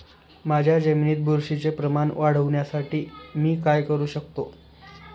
माझ्या जमिनीत बुरशीचे प्रमाण वाढवण्यासाठी मी काय करू शकतो?